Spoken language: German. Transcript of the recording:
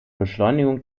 beschleunigung